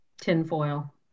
Tinfoil